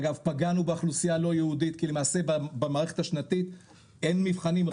אגב פגענו באוכלוסייה הלא יהודית כי למעשה במערכת השנתית אין מבחנים,